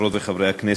חברות וחברי הכנסת,